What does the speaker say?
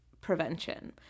prevention